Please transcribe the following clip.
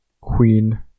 Queen